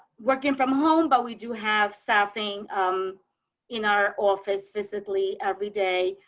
working from home but we do have staffing um in our office physically every day,